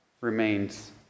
remains